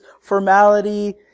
formality